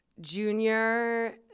junior